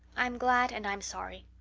i'm glad and i'm sorry.